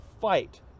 fight